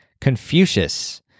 Confucius